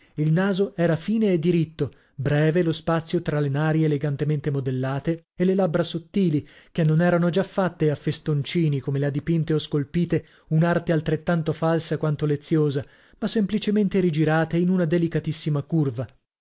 il naso era fine e diritto breve lo spazio tra le nari elegantemente modellate e le labbra sottili che non erano già fatte a festoncini come le ha dipinte o scolpite un'arte altrettanto falsa quanto leziosa ma semplicemente rigirate in una delicatissima curva